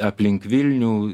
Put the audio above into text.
aplink vilnių